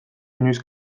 inoiz